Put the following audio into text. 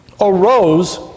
arose